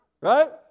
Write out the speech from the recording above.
right